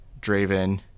Draven